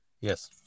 Yes